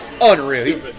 unreal